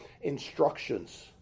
instructions